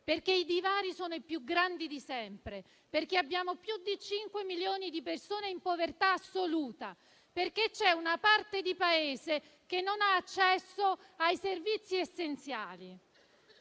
perché i divari sono i più grandi di sempre; perché abbiamo più di 5 milioni di persone in povertà assoluta; perché c'è una parte di Paese che non ha accesso ai servizi essenziali.